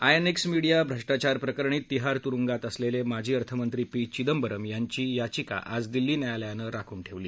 I N X media भ्रष्टाचार प्रकरणी तिहार तुरुंगात असलेले माजी अर्थमंत्री पी चिदंबरम यांची याचिका आज दिल्ली न्यायालयानं राखून ठेवली